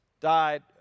died